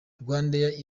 rwandair